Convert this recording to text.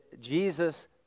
Jesus